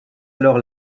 alors